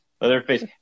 Leatherface